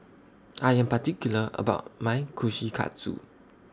I Am particular about My Kushikatsu